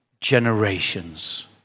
generations